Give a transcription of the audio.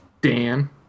Dan